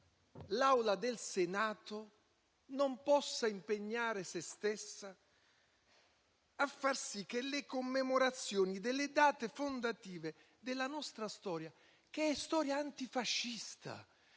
l'Assemblea del Senato non possa impegnare se stessa per le commemorazioni delle date fondative della nostra storia, che è storia antifascista,